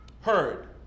heard